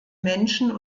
menschen